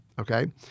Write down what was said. okay